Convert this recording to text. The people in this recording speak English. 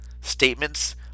statements